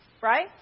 Right